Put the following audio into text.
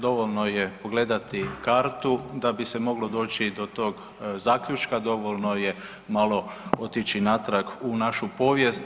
Dovoljno je pogledati kartu da bi se moglo doći do tog zaključka, dovoljno je malo otići natrag u našu povijest.